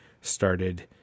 started